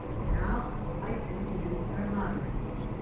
and now, i would like to introduce our moderators,